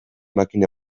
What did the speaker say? makina